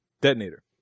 Detonator